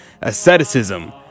asceticism